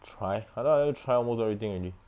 try I thought I let you try almost everything already